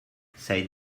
said